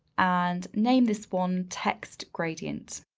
and name this one text gradient.